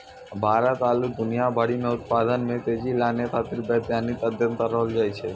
भारत आरु दुनिया भरि मे उत्पादन मे तेजी लानै खातीर वैज्ञानिक अध्ययन करलो जाय छै